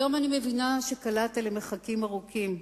היום אני מבינה שקלעת למרחקים ארוכים,